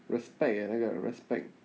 respect eh 那个 respect